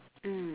mm